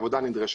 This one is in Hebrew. את העבודה הנדרשת